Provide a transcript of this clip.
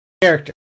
character